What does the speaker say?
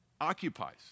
occupies